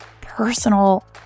personal